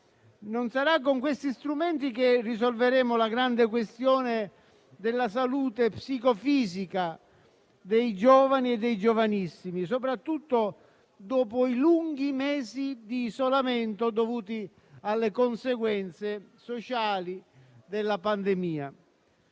dei cartoni animati giapponesi che risolveremo la grande questione della salute psicofisica dei giovani, soprattutto dopo i lunghi mesi di isolamento dovuti alle conseguenze sociali della pandemia.